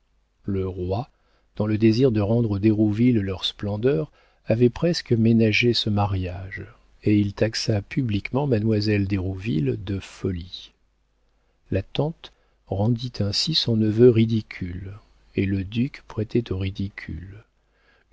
le roi dans le désir de rendre aux d'hérouville leur splendeur avait presque ménagé ce mariage et il taxa publiquement mademoiselle d'hérouville de folie la tante rendit ainsi son neveu ridicule et le duc prêtait au ridicule